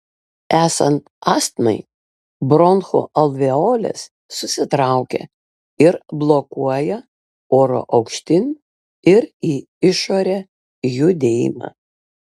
esant astmai bronchų alveolės susitraukia ir blokuoja oro aukštyn ir į išorę judėjimą